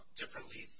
differently